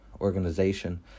organization